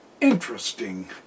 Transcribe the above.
interesting